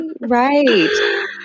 Right